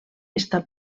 està